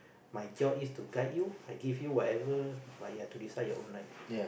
my job is to guide you I give you whatever but you have to decide your own life